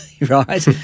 right